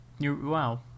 Wow